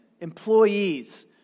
employees